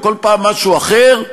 או כל פעם משהו אחר,